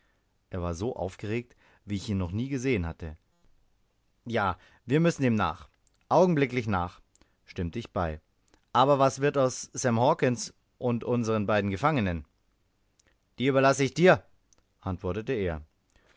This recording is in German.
er war so aufgeregt wie ich ihn noch nicht gesehen hatte ja wir müssen ihm nach augenblicklich nach stimmte ich bei aber was wird aus sam hawkens und unsern beiden gefangenen die überlasse ich dir antwortete er